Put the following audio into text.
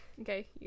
Okay